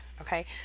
okay